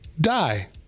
die